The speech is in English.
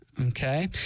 Okay